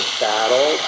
battle